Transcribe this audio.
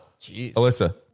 Alyssa